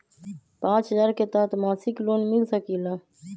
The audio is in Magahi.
पाँच हजार के तहत मासिक लोन मिल सकील?